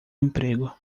emprego